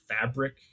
fabric